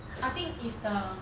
I think it's the